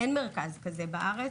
אין מרכז כזה בארץ,